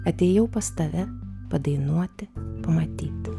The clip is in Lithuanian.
atėjau pas tave padainuoti pamatyt